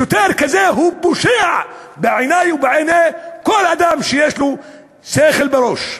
שוטר כזה הוא פושע בעיני ובעיני כל אדם שיש לו שכל בראש.